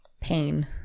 pain